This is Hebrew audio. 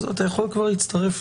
אז אתה יכול כבר להצטרף,